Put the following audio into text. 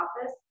office